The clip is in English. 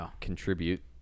contribute